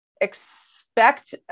expect